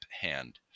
hand